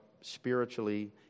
spiritually